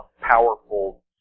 powerful